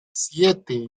siete